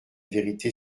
vérité